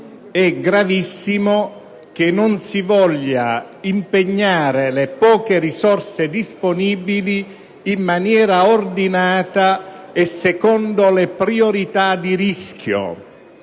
è gravissimo che non si vogliano impegnare le poche risorse disponibili in maniera ordinata e secondo le priorità di rischio.